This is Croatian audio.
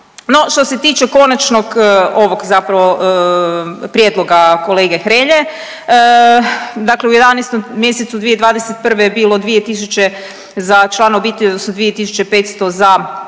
No, što se tiče konačnog ovog zapravo prijedloga kolege Hrelje, dakle u 11. mjesecu 2021. je bilo 2.000 za člana obitelji odnosno 2.500 za